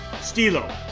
Stilo